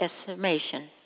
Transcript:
estimation